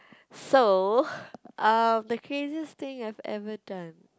so uh the craziest thing I have ever done